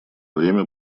время